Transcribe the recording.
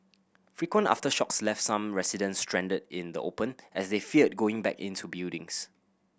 frequent aftershocks left some residents stranded in the open as they feared going back into buildings